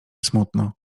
smutno